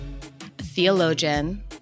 theologian